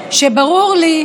שברור לי,